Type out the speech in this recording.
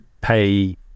pay